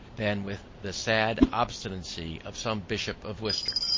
than with the sad obstinacy of some bishop of worcester?